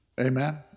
Amen